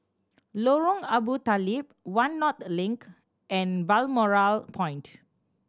Lorong Abu Talib One North Link and Balmoral Point